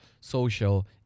social